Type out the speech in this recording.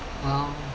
!wow!